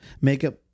makeup